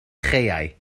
chaeau